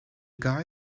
guy